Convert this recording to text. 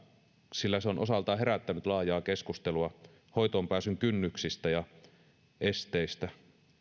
sillä se on osaltaan herättänyt laajaa keskustelua hoitoonpääsyn kynnyksistä ja esteistä